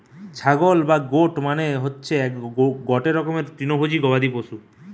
ছাগল বা গোট মানে হতিসে গটে রকমের তৃণভোজী গবাদি পশু